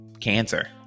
cancer